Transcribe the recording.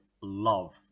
love